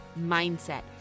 mindset